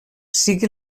sigui